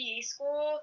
school